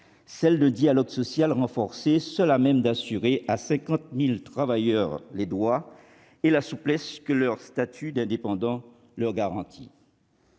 Seul un dialogue social renforcé est à même d'assurer à 50 000 travailleurs les droits et la souplesse que leur statut d'indépendant leur garantit.